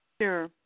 Sure